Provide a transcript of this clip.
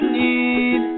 need